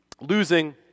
losing